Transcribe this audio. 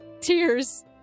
tears